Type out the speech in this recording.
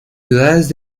ciudades